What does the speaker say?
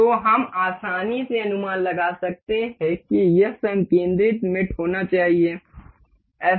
तो हम आसानी से अनुमान लगा सकते हैं कि यह संकिंद्रिक मेट होना चाहिए